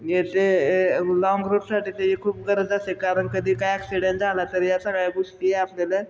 हे ते लाँग रूटसाठी ते खूप गरज असेल कारण कधी काय ॲक्सिडेंट झाला तरी या सगळ्या गोष्टी आपल्याला